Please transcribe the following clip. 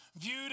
viewed